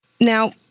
Now